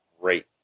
great